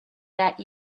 that